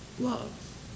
love